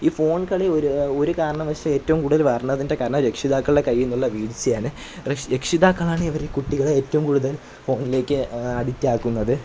ഈ ഫോൺ കളി ഒരു ഒരു കാരണവശ ഏറ്റവും കൂടുതൽ വർണ്ണതിൻ്റെ കാരണം രക്ഷിതാക്കളുടെ കൈയ്യിൽ നിന്നുള്ള വീഴ്ചയാണ് രെക് രക്ഷിതാക്കളാണിവരെ ഈ കുട്ടികളെ ഏറ്റവും കൂടുതൽ ഫോണിലേക്ക് അഡിക്റ്റാക്കുന്നത്